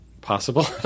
possible